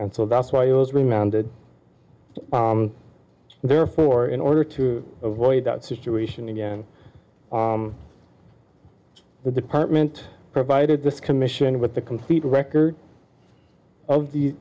and so that's why i was remanded therefore in order to avoid that situation again the department provided this commission with the complete record of the